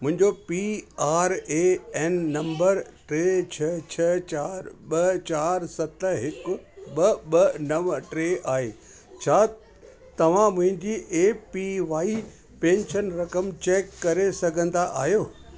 मुंहिंजो P R A N number टे छह छह चारि ॿ चारि सत हिकु ॿ ॿ नव टे आहे छा तव्हां मुंहिंजी ए पी वाए पेंशन रक़म चेक करे सघंदा आहियो